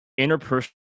interpersonal